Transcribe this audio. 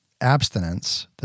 abstinence